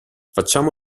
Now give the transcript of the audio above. facciamo